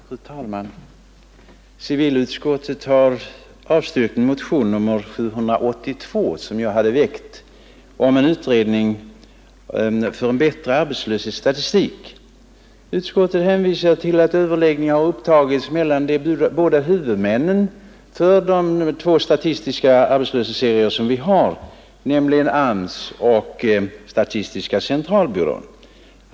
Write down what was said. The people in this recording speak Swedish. Fru talman! Civilutskottet har avstyrkt motion nr 782, som jag hade väckt, rörande utredning om en bättre arbetslöshetsstatistik. Utskottet hänvisar till att överläggningar upptagits mellan huvudmännen för de två statistiska arbetslöshetsserier som vi har, nämligen AMS och statistiska centralbyrån.